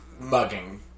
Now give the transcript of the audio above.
mugging